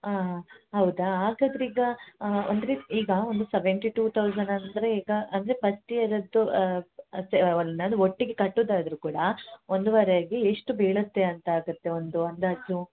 ಹಾಂ ಹಾಂ ಹೌದಾ ಹಾಗಾದ್ರೆ ಈಗ ಅಂದರೆ ಈಗ ಒಂದು ಸೆವೆಂಟಿ ಟು ತೌಸಂಡ್ ಅಂದರೆ ಈಗ ಅಂದರೆ ಫಸ್ಟ್ ಇಯರದ್ದು ಅದು ಒಟ್ಟಿಗೆ ಕಟ್ಟೋದಾದ್ರು ಕೂಡ ಒಂದುವರೆಗೆ ಎಷ್ಟು ಬೀಳುತ್ತೆ ಅಂತಾಗುತ್ತೆ ಒಂದು ಅಂದಾಜು